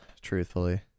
Truthfully